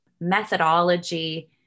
methodology